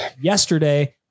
yesterday